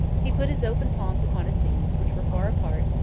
he put his open palms upon his knees, which were far apart,